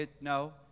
No